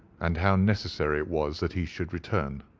and how necessary it was that he should return.